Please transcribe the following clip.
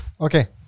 okay